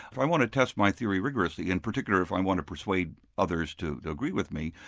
if i want to test my theory rigorously, in particular if i want to persuade others to to agree with me,